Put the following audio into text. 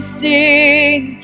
sing